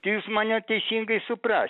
tai jūs mane teisingai supra